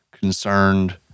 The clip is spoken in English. concerned